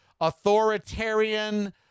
authoritarian